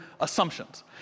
assumptions